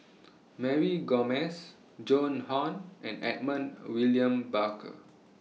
Mary Gomes Joan Hon and Edmund William Barker